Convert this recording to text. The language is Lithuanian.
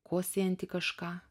kosėjantį kažką